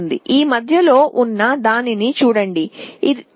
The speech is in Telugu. ఘన స్థితి రిలేల చిత్రాలు ఇవి